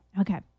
Okay